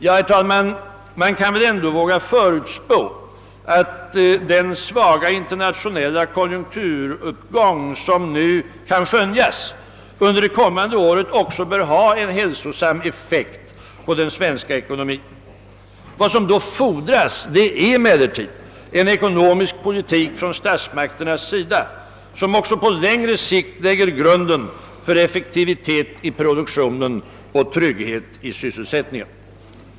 Ja, herr talman, man kan väl ändå våga förutspå att den svaga internationella konjunkturuppgång, som nu kan skönjas, under det kommande året också bör ha en hälsosam effekt på den svenska ekonomin. Vad som då fordras är emellertid en ekonomisk politik från statsmakterna, som också på längre sikt lägger grunden för effektivitet i produktionen och trygghet i sysselsättningen.